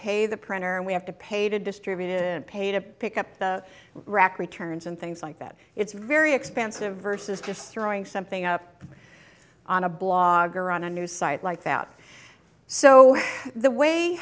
pay the printer and we have to pay to distribute it and pay to pick up the rack returns and things like that it's very expensive versus just throwing something up on a blog or on a news site like that so the way